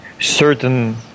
certain